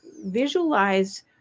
visualize